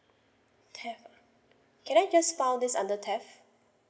theft ah can I just found this under theft